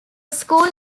school